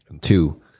Two